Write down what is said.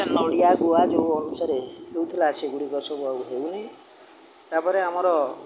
ନଡ଼ିଆ ଗୁଆ ଯେଉଁ ଅନୁସାରେ ହେଉଥିଲା ସେଗୁଡ଼ିକ ସବୁ ହେଉନି ତାପରେ ଆମର